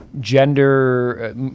gender